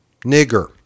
nigger